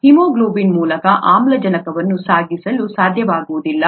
haemoglobin ಮೂಲಕ ಆಮ್ಲಜನಕವನ್ನು ಸಾಗಿಸಲು ಸಾಧ್ಯವಾಗುವುದಿಲ್ಲ